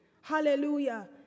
Hallelujah